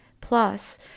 Plus